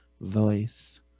voice